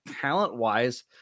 talent-wise